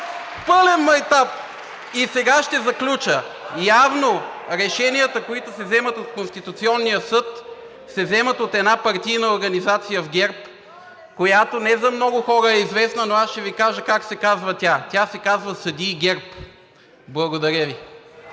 МИХНЕВ: И сега ще заключа – явно решенията, които се вземат от Конституционния съд, се вземат от една партийна организация в ГЕРБ, която не за много хора е известно, но аз ще Ви кажа как се казва тя – тя се казва „Съдии ГЕРБ“. Благодаря Ви.